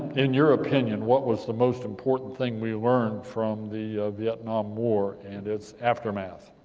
in your opinion, what was the most important thing we learned from the vietnam war, and it's aftermath?